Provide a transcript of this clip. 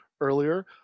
earlier